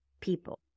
people